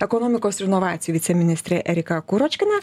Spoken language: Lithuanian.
ekonomikos ir inovacijų viceministrė erika kuročkina